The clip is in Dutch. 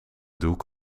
doek